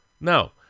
No